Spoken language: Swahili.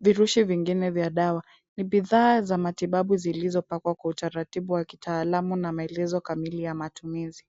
virushi vingine vya dawa. Ni bidhaa za matibabu zilizopakwa kwa utaratibu wa kitaalamu na maelezo kamili ya matumizi.